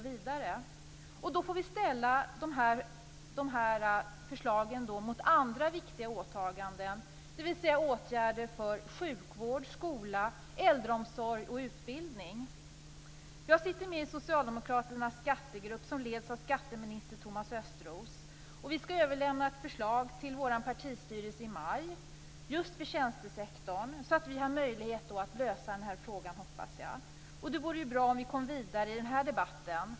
Vi får ställa förslagen på detta område mot viktiga åtaganden vad gäller sjukvård, skola, äldreomsorg och utbildning. Jag sitter med i socialdemokraternas skattegrupp, som leds av skatteminister Thomas Östros. Vi skall i maj till vår partistyrelse överlämna ett förslag beträffande tjänstesektorn, som jag hoppas skall ge oss möjlighet att lösa den här frågan. Det vore bra om vi kunde komma vidare i den här debatten.